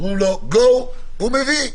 אומרים לו: go, הוא מביא.